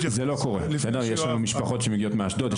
יש משפחות שמגיעות מאשדוד.